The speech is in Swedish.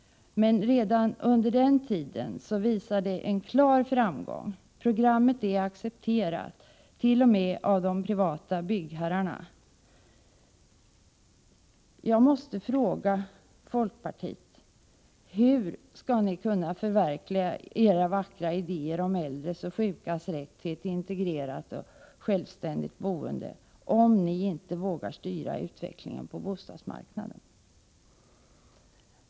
Men redan under den tiden visar det en klar framgång. Programmet är accepterat, t.o.m. av de privata byggherrarna. Jag måste fråga folkpartiet: Hur skall ni kunna förverkliga era vackra idéer om äldres och sjukas rätt till ett integrerat och självständigt boende om ni inte vågar styra utvecklingen på bostadsmarknaden?